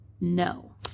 No